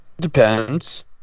Depends